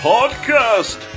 Podcast